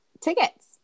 tickets